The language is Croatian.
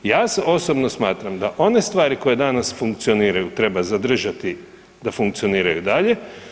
Ja osobno smatram da one stvari koje danas funkcioniraju treba zadržati da funkcioniraju i dalje.